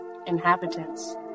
inhabitants